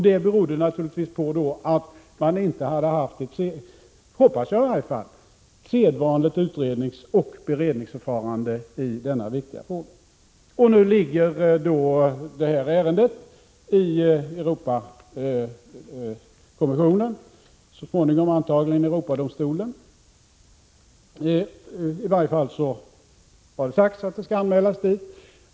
Det berodde naturligtvis på att regeringen inte hade använt — hoppas jag i varje fall — det sedvanliga utredningsoch beredningsförfarandet i denna viktiga fråga. Nu ligger detta ärende i Europakommissionen och hamnar antagligen så småningom i Europadomstolen — det har i varje fall sagts att det skall anmälas dit.